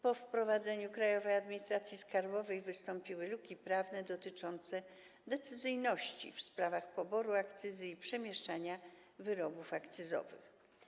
Po wprowadzeniu Krajowej Administracji Skarbowej wystąpiły luki prawne w zakresie decyzyjności w sprawach poboru akcyzy i przemieszczania wyrobów akcyzowych.